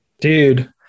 Dude